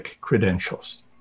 credentials